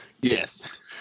Yes